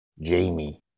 Jamie